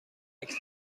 عکس